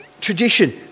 tradition